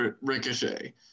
Ricochet